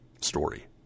story